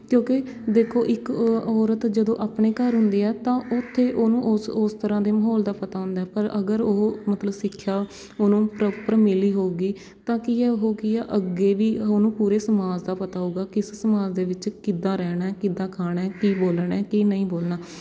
ਕਿਉਂਕਿ ਦੇਖੋ ਇੱਕ ਔਰਤ ਜਦੋਂ ਆਪਣੇ ਘਰ ਹੁੰਦੀ ਹੈ ਤਾਂ ਉੱਥੇ ਉਹਨੂੰ ਉਸ ਉਸ ਤਰ੍ਹਾਂ ਦੇ ਮਾਹੌਲ ਦਾ ਪਤਾ ਹੁੰਦਾ ਪਰ ਅਗਰ ਉਹ ਮਤਲਬ ਸਿੱਖਿਆ ਉਹਨੂੰ ਪਰੋਪਰ ਮਿਲੀ ਹੋਵੇਗੀ ਤਾਂ ਕੀ ਹੈ ਉਹ ਕੀ ਹੈ ਅੱਗੇ ਵੀ ਉਹਨੂੰ ਪੂਰੇ ਸਮਾਜ ਦਾ ਪਤਾ ਹੋਵੇਗਾ ਕਿਸ ਸਮਾਜ ਦੇ ਵਿੱਚ ਕਿੱਦਾਂ ਰਹਿਣਾ ਹੈ ਕਿੱਦਾਂ ਖਾਣਾ ਹੈ ਕੀ ਬੋਲਣਾ ਹੈ ਕੀ ਨਹੀਂ ਬੋਲਣਾ